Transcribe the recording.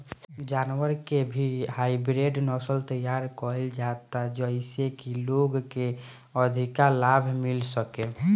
जानवर के भी हाईब्रिड नसल तैयार कईल जाता जेइसे की लोग के अधिका लाभ मिल सके